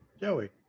Joey